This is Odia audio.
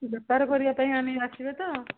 ବେପାର କରିବା ପାଇଁ ମାନେ ଆସିବେ ତ